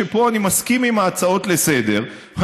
שפה אני מסכים להצעות לסדר-היום,